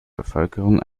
bevölkerung